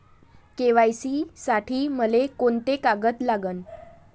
KYC साठी मले कोंते कागद लागन?